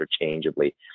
interchangeably